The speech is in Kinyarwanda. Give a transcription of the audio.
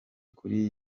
kuri